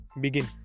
begin